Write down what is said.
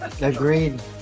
Agreed